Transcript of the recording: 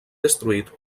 destruït